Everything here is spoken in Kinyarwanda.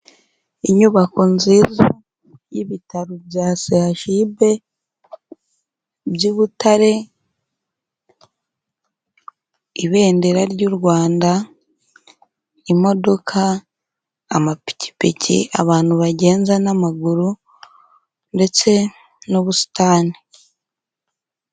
Inyubako nziza y'ibitaro bya CHUB by'i Butare, ibendera ry'u Rwanda, imodoka, amapikipiki, abantu bagenza n'amaguru ndetse n'ubusitani.